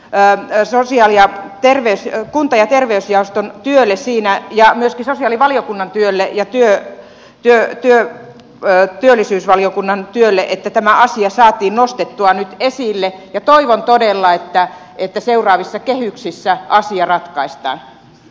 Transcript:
päättää annan todella suuren arvon kunta ja terveysjaoston ja myöskin sosiaalivaliokunnan ja työllisyysvaliokunnan työlle siinä että tämä asia saatiin nostettua nyt esille ja toivon todella että seuraavissa kehyksissä asia ratkaistaan